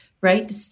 right